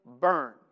burn